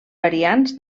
variants